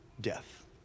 death